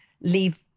leave